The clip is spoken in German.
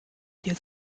hier